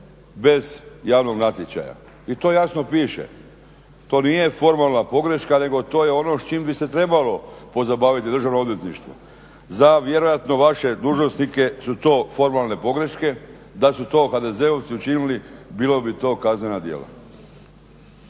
bez javnog natječaja i to jasno piše, to nije formalna pogreška nego to je ono s čim bi se trebalo pozabaviti državno odvjetništvo. Za vjerojatno vaše dužnosnike su to formalne pogreške, da su to HDZ-ovci učinili bilo bi to kazneno djelo.